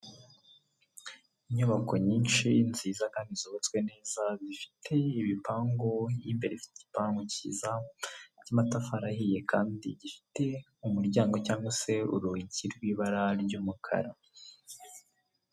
Inyubako nyinshi nziza kandi zubatswe neza, zifite ibipangu mo imbere zifite igipangu cy'iza cy'amatafari ahiye, kandi gifite umuryango cyangwa se urugi rw'ibara ry'umukara.